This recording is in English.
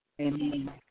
Amen